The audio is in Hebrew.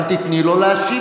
אבל תיתני לו להשיב,